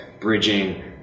bridging